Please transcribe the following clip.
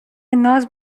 ناز